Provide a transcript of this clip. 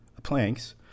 planks